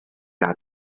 that